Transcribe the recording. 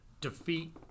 defeat